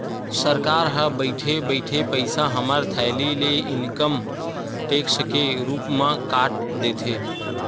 सरकार ह बइठे बइठे पइसा हमर थैली ले इनकम टेक्स के रुप म काट देथे